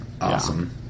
awesome